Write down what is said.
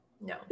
No